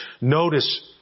Notice